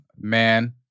Man